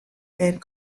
and